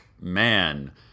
man